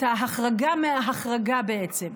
את ההחרגה מההחרגה, בעצם.